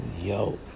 yo